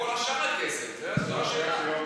איפה כל שאר הכסף, זו השאלה.